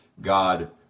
God